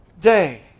day